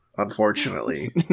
unfortunately